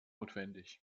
notwendig